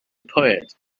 poet